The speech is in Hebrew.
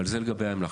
זה לגבי אמל"ח.